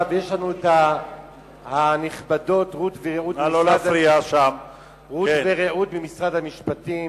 יש לנו את הנכבדות רות ורעות במשרד המשפטים